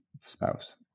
spouse